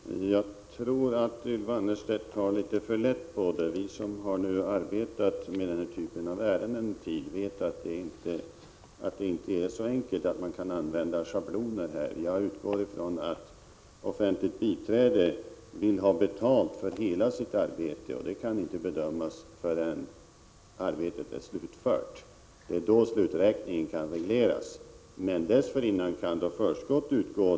Herr talman! Jag tror att Ylva Annerstedt tar litet för lätt på detta. Vi som har arbetat med den här typen av ärenden en tid vet att det inte är så enkelt att man här kan använda schabloner. Jag utgår ifrån att den som är offentligt biträde vill ha betalt för hela sitt arbete, och det kan inte bedömas förrän arbetet är slutfört. Det är då sluträkningen kan regleras. Men dessförinnan 39 kan förskott utgå.